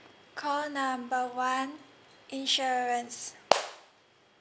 call number one insurance